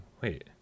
wait